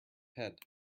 head